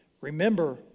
Remember